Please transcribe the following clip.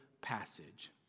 passage